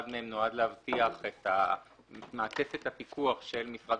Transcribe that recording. אחד מהם נועד להבטיח את מעטפת הפיקוח של משרד